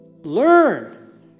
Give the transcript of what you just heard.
learn